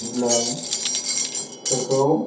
बिलाइफोरखौ